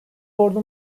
ordu